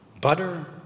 butter